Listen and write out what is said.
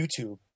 YouTube